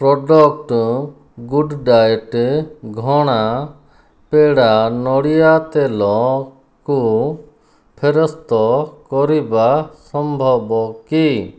product ଗୁଡ଼୍ diet ଘଣା ପେଡ଼ା ନଡ଼ିଆ ତେଲକୁ ଫେରସ୍ତ କରିବା ସମ୍ଭବ କି